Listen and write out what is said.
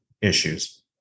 issues